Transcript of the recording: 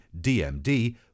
DMD